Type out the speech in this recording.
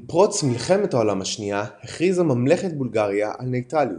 עם פרוץ מלחמת העולם השנייה הכריזה ממלכת בולגריה על נייטרליות,